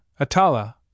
Atala